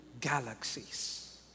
galaxies